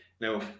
Now